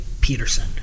Peterson